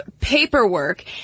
paperwork